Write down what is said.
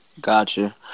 Gotcha